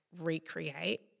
recreate